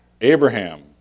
Abraham